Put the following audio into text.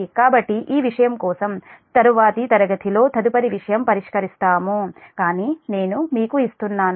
కాబట్టి ఈ విషయం కోసం తరువాతి తరగతి లో తదుపరి విషయం పరిష్కరిస్తాం కానీ నేను మీకు ఇస్తున్నాను